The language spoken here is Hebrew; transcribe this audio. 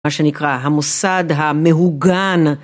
מה שנקרא המוסד המהוגן